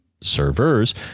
servers